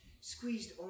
squeezed